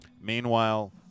meanwhile